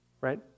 right